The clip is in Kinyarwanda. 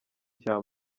cya